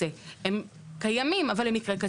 הם קיימים אבל הם מקרי קצה.